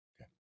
okay